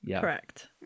Correct